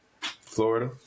Florida